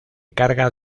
carga